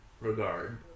regard